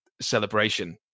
celebration